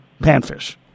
panfish